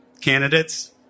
candidates